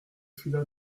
fila